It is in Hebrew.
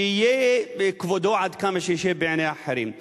שיהיה כבודו עד כמה שיהיה בעיני אחרים.